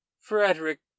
frederick